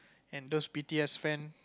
and those B_T_S fan